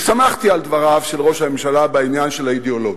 ושמחתי על דבריו של ראש הממשלה בעניין של האידיאולוגיה.